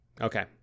Okay